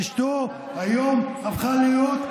אשתו היום הפכה להיות,